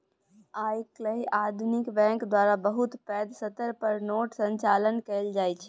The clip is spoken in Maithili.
आइ काल्हि आधुनिक बैंक द्वारा बहुत पैघ स्तर पर नोटक संचालन कएल जाइत छै